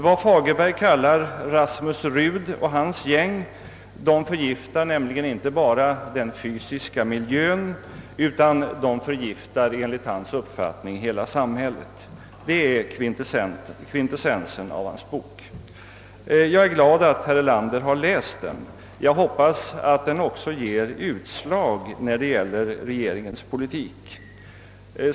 Vad Fagerberg kallar Rasmus Rud och hans gäng förgiftar nämligen inte bara den fysiska miljön, utan de förgiftar enligt hans uppfattning hela samhället — det är kvintessensen av hans bok. Jag är glad att herr Erlander har läst den, och jag hoppas att den också ger utslag i regeringens politik.